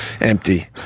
empty